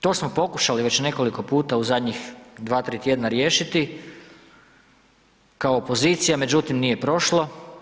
To smo pokušali već nekoliko puta u zadnjih dva, tri tjedna riješiti kao opozicija, međutim nije prošlo.